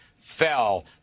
fell